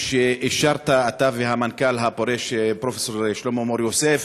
שאישרתם אתה והמנכ"ל הפורש פרופסור שלמה מור-יוסף,